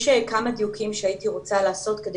יש כמה דיוקים שהייתי רוצה לעשות כדי